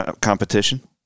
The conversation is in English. competition